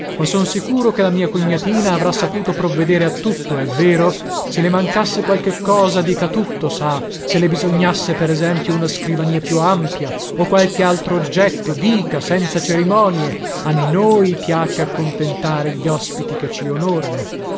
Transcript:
ma son sicuro che la mia cognatina avrà saputo provvedere a tutto è vero se le mancasse qualche cosa dica dica tutto sa se le bisognasse per esempio una scrivania più ampia o qualche altro oggetto dica senza cerimonie a noi piace accontentare gli ospiti che ci onorano